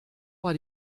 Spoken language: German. war